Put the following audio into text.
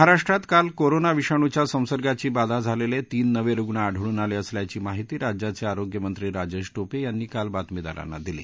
महाराष्ट्रात काल कोरोना विषाणूच्या संसर्गांची बाधा झालेले तीन नवे रुग्ण आढळून आले असल्याची माहिती राज्याचे आरोग्यमंत्री राजेश टोपे यांनी काल बातमीदारांना दिली